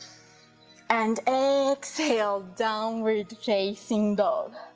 and exhale, downward facing dog,